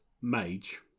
Mage